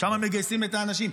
שם הם מגייסים את האנשים.